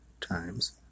times